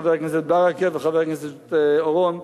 חבר הכנסת ברכה וחבר הכנסת אורון,